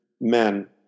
men